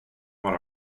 vara